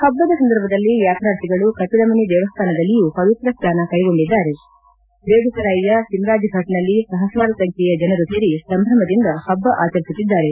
ಹಬ್ಲದ ಸಂದರ್ಭದಲ್ಲಿ ಯಾತ್ರಾರ್ಥಿಗಳು ಕಪಿಲ ಮುನಿ ದೇವಸ್ಥಾನಲ್ಲಿಯೂ ಪವಿತ್ರ ಸ್ವಾನ ಕ್ಷೆಗೊಂಡಿದ್ದಾರೆ ಬೇಗು ಸರಾಯ್ಯ ಸಿಮರಾಜ್ಫಾಟ್ನಲ್ಲಿ ಸಹಸ್ರಾರು ಸಂಖ್ಲೆಯ ಜನರು ಸೇರಿ ಸಂಭ್ರಮದಿಂದ ಹಬ್ಲ ಆಚರಿಸುತ್ತಿದ್ದಾರೆ